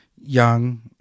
young